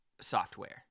software